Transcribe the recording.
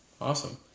awesome